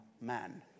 man